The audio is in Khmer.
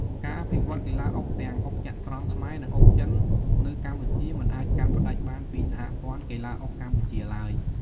ការអភិវឌ្ឍន៍កីឡាអុកទាំងអុកចត្រង្គខ្មែរ និងអុកចិន នៅកម្ពុជាមិនអាចកាត់ផ្តាច់បានពីសហព័ន្ធកីឡាអុកកម្ពុជាឡើយ។